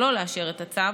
שלא לאשר את הצו,